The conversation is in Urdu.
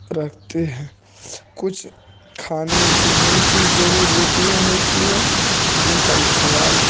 رکھتے ہیں کچھ کھانے پینے کی جڑی بوٹیاں ہوتی ہیں جن کا استعمال